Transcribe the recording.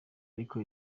ariko